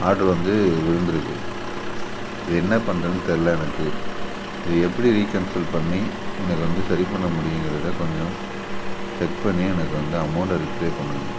order வந்து விழுந்திருக்கு இது என்ன பண்றதுன்னு தெரியல எனக்கு இது எப்படி ரீகேன்சல் பண்ணி எனக்கு வந்து சரி பண்ண முடியுங்கிறதை கொஞ்சம் செக் பண்ணி எனக்கு வந்து அமௌண்ட்ட ரிப்ளே பண்ணுங்கள்